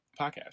Podcast